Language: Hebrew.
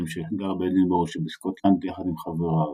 שגר באדינבורו שבסקוטלנד יחד עם חבריו,